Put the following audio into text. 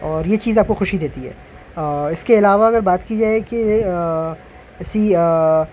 اور یہ چیز آپ کو خوشی دیتی ہے اس کے علاوہ اگر بات کی جائے کہ سی